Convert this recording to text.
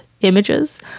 images